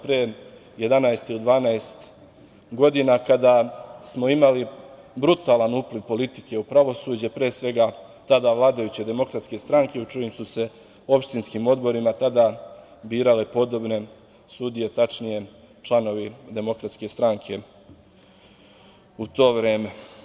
Pre jedanaest ili dvanaest godina kada smo imali brutalan upliv politike u pravosuđe, pre svega tada vladajuće Demokratske stranke u čijim su se opštinskim odborima tada birale podobne sudije, tačnije članovi Demokratske stranke u to vreme.